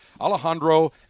Alejandro